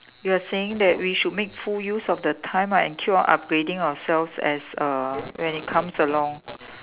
you are saying that we should make full use of the time ah and keep on upgrading ourselves as uh when it comes along